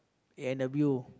a-and-w